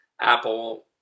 Apple